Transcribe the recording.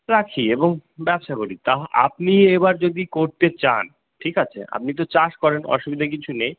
রাখি এবং ব্যবসা করি তাহ আপনি এবার যদি করতে চান ঠিক আছে আপনি তো চাষ করেন অসুবিধা কিছু নেই